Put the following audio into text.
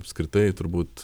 apskritai turbūt